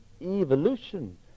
evolution